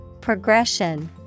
Progression